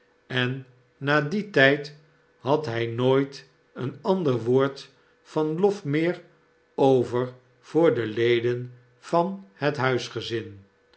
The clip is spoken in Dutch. en na dien tycl had hy nooit een anderwoord van lof meer over voor de leden van hethuisgezin